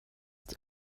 die